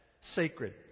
sacred